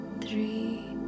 three